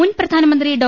മുൻ പ്രധാനമന്ത്രി ഡോ